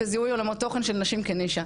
וזיהוי עולמות תוכן של נשים כנישה.